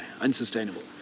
unsustainable